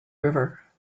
river